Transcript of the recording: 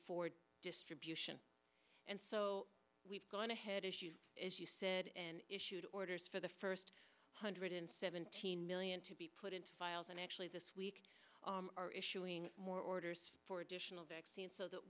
for distribution and so we've gone ahead issues as you said and issued orders for the first hundred seventeen million to be put into files and actually this week are issuing more orders for additional vaccine so that